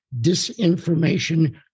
Disinformation